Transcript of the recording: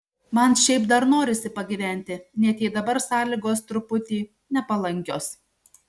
man šiaip dar norisi pagyventi net jei dabar sąlygos truputį nepalankios